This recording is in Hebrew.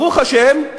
ברוך השם,